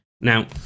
Now